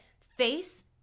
face